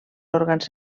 òrgans